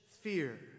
fear